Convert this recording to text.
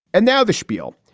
and now the schpiel.